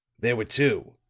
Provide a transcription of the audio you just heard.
there were two,